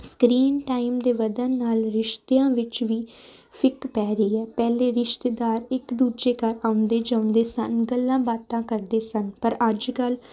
screen time ਦੇ ਵੱਧਣ ਨਾਲ ਰਿਸ਼ਤਿਆਂ ਵਿੱਚ ਵੀ ਫਿੱਕ ਪੈ ਰਹੀ ਹੈ ਪਹਿਲਾਂ ਰਿਸ਼ਤੇਦਾਰ ਇੱਕ ਦੂਜੇ ਘਰ ਆਉਂਦੇ ਜਾਂਦੇ ਸਨ ਗੱਲਾਂ ਬਾਤਾਂ ਕਰਦੇ ਸਨ ਪਰ ਅੱਜ ਕੱਲ੍ਹ